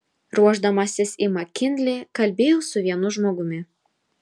ruošdamasis į makinlį kalbėjau su vienu žmogumi